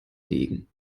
legen